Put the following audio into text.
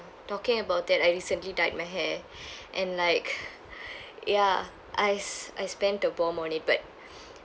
talking about that I recently dyed my hair and like ya I s~ I spent a bomb on it but